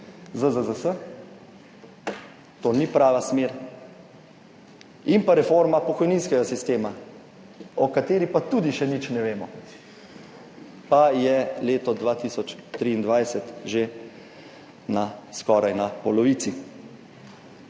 ZZZS, to ni prava smer, in pa reforma pokojninskega sistema, o kateri pa tudi še nič ne vemo, pa je leto 2023 že na skoraj na polovici.